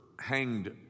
hanged